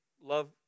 love